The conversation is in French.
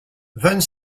vingt